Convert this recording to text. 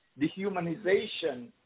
dehumanization